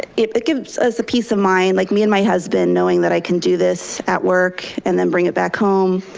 it it gives us a piece of mind, like me and husband, knowing that i can do this at work and then bring it back home.